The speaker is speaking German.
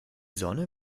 sonne